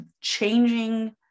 changing